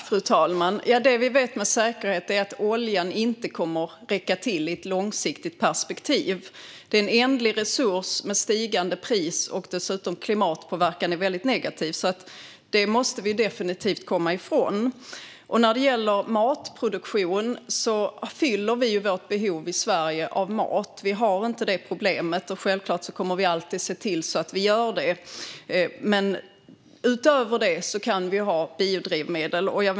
Fru talman! Det vi med säkerhet vet är att oljan inte kommer att räcka i ett långsiktigt perspektiv. Den är en ändlig resurs med stigande pris och har dessutom väldigt negativ klimatpåverkan. Den måste vi definitivt komma ifrån. När det gäller matproduktion fyller vi vårt behov i Sverige. Vi har inte det problemet. Självklart kommer vi alltid att se till att vi gör det. Men därutöver kan vi ha biodrivmedel.